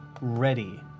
ready